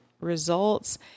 results